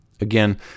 Again